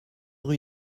rue